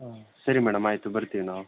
ಹಾಂ ಸರಿ ಮೇಡಮ್ ಆಯಿತು ಬರ್ತೀವಿ ನಾವು